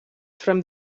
from